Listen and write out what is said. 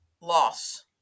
loss